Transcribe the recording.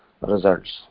results